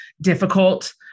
difficult